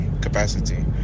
capacity